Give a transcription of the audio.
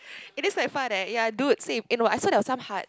eh this quite fun eh ya dude same eh no I saw there were some heart